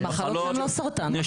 שהם מחלות נשימתיות,